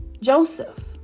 Joseph